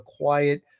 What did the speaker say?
quiet